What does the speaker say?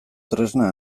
tresna